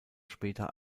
später